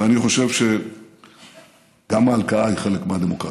ואני חושב שגם ההלקאה היא חלק מהדמוקרטיה,